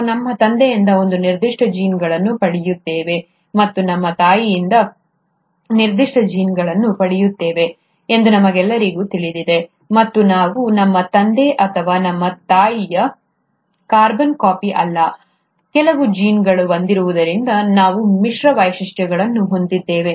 ನಾವು ನಮ್ಮ ತಂದೆಯಿಂದ ಒಂದು ನಿರ್ದಿಷ್ಟ ಜೀನ್ಗಳನ್ನು ಪಡೆಯುತ್ತೇವೆ ಮತ್ತು ನಮ್ಮ ತಾಯಿಯಿಂದ ನಿರ್ದಿಷ್ಟ ಜೀನ್ಗಳನ್ನು ಪಡೆಯುತ್ತೇವೆ ಎಂದು ನಮಗೆಲ್ಲರಿಗೂ ತಿಳಿದಿದೆ ಮತ್ತು ನಾವು ನಮ್ಮ ತಂದೆ ಅಥವಾ ನಮ್ಮ ತಾಯಿಯ ಕಾರ್ಬನ್ ಕಾಪಿ ಅಲ್ಲ ಕೆಲವು ಜೀನ್ಗಳು ಬಂದಿರುವುದರಿಂದ ನಾವು ಮಿಶ್ರ ವೈಶಿಷ್ಟ್ಯಗಳನ್ನು ಹೊಂದಿದ್ದೇವೆ